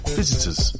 visitors